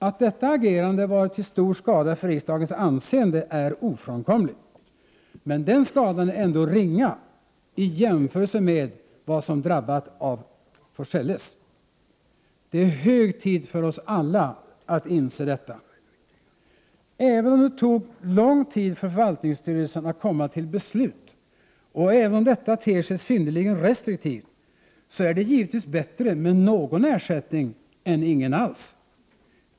Att detta agerande varit till stor skada för riksdagens anseende är ofrånkomligt, men den skadan är ändå ringa i jämförelse med vad som drabbat af Forselles. Det är hög tid för oss alla att inse detta! Även om det tog lång tid för förvaltningsstyrelsen att komma till beslut och även om detta ter sig synnerligen restriktivt, så är det givetvis bättre med någon ersättning än ingen alls.